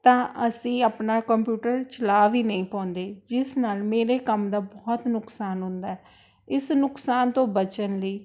ਤਾਂ ਅਸੀਂ ਆਪਣਾ ਕੰਪਿਊਟਰ ਚਲਾ ਵੀ ਨਹੀਂ ਪਾਉਂਦੇ ਜਿਸ ਨਾਲ ਮੇਰੇ ਕੰਮ ਦਾ ਬਹੁਤ ਨੁਕਸਾਨ ਹੁੰਦਾ ਹੈ ਇਸ ਨੁਕਸਾਨ ਤੋਂ ਬਚਣ ਲਈ